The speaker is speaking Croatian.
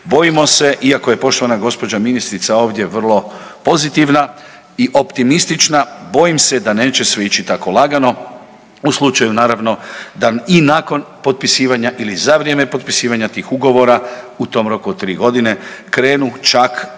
Bojimo se iako je poštovana gospođa ministrica ovdje vrlo pozitivna i optimistična bojim se da neće sve ići tako lagano. U slučaju naravno da i nakon potpisivanja ili za vrijem potpisivanja tih ugovora u tom roku od tri godine krenu čak i